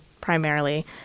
primarily